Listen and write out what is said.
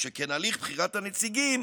שכן הליך בחירת הנציגים